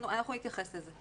אנחנו נתייחס לזה.